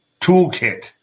toolkit